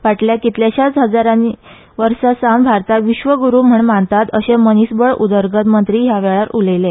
फाटल्या कितल्याश्याच हजारानी वर्सा सावन भारताक विश्वग्रु म्हण मानतात अशे मनीसबळ उदरगत मंत्री ह्या वेळार उलयले